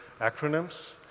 acronyms